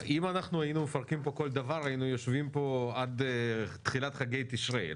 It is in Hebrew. אם היינו מפרקים פה כל דבר היינו יושבים פה עד תחילת חגי תשרי.